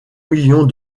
millions